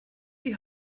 die